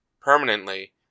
permanently